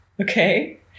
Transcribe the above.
Okay